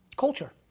Culture